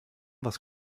was